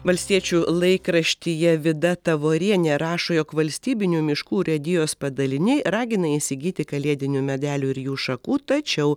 valstiečių laikraštyje vida tavorienė rašo jog valstybinių miškų urėdijos padaliniai ragina įsigyti kalėdinių medelių ir jų šakų tačiau